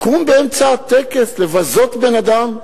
לקום באמצע הטקס, לבזות בן-אדם?